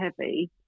heavy